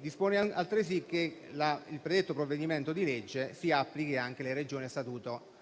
disponendo altresì che il predetto provvedimento di legge si applichi anche alle Regioni a Statuto speciale.